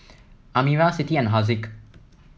Amirah Siti and Haziq